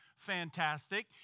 fantastic